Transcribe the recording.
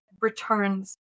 returns